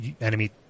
enemy